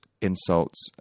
insults